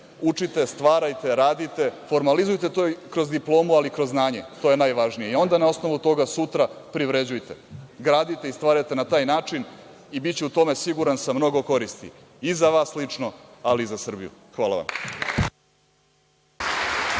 učite, stvarajte, radite, formalizujte to kroz diplomu, ali i kroz znanje. To je najvažnije i onda na osnovu toga sutra privređujte. Gradite i stvarajte na taj način i biće u tome, siguran sam, koristi i za vas lično, ali i za Srbiju. Hvala vam.